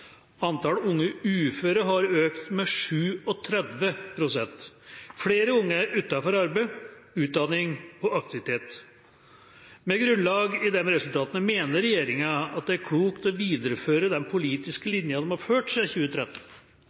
unge uføre har økt med 37 pst. Flere unge er utenfor arbeid, utdanning og aktivitet. Med grunnlag i disse resultater mener regjeringen det er klokt å videreføre den politiske linjen de har ført siden 2013?» Andelen av befolkningen i